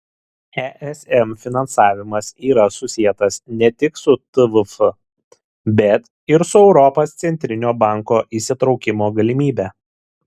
esm finansavimas yra susietas ne tik su tvf bet ir su europos centrinio banko įsitraukimo galimybe